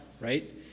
right